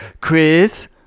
Chris